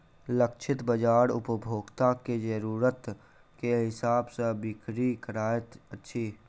लक्षित बाजार उपभोक्ता के जरुरत के हिसाब सॅ बिक्री करैत अछि